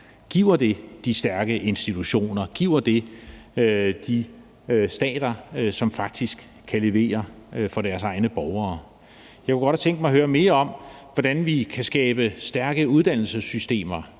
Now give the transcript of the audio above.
Giver det de stærke institutioner, giver det de stater, som faktisk kan levere for deres egne borgere? Jeg kunne godt have tænkt mig at høre mere om, hvordan vi kan skabe stærke uddannelsessystemer,